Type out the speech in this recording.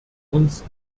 uns